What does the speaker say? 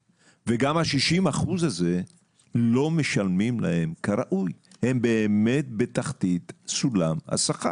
כדי לצמצם את הפערים וגם כדי למקסם את הפוטנציאל שיש בכל ילדה